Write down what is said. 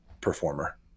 performer